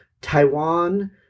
Taiwan